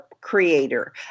creator